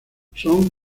son